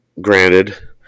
granted